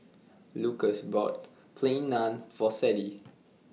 Lucas bought Plain Naan For Sadye